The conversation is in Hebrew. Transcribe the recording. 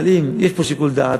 אבל אם יש פה שיקול דעת,